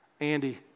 Andy